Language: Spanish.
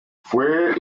fue